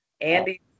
Andy